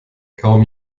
kaum